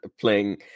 playing